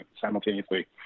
simultaneously